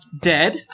dead